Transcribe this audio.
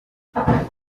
com